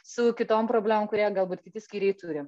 su kitom problemom kurie galbūt kiti skyriai turi